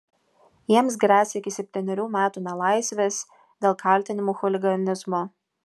jiems gresia iki septynerių metų nelaisvės dėl kaltinimų chuliganizmu